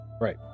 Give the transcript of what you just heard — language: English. Right